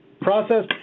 Process